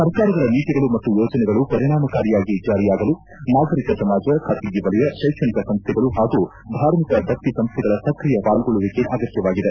ಸರ್ಕಾರಗಳ ನೀತಿಗಳು ಮತ್ತು ಯೋಜನೆಗಳು ಪರಿಣಾಮಕಾರಿಯಾಗಿ ಜಾರಿಯಾಗಲು ನಾಗರಿಕ ಸಮಾಜ ಖಾಸಗಿ ವಲಯ ತ್ರೆಕ್ಷಣಿಕ ಸಂಸ್ವೆಗಳು ಹಾಗೂ ಧಾರ್ಮಿಕ ದಕ್ತಿ ಸಂಸ್ವೆಗಳ ಸಕ್ರಿಯ ಪಾಲ್ಗೊಳ್ಳುವಿಕೆ ಅಗತ್ತವಾಗಿದೆ